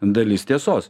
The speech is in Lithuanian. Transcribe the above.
dalis tiesos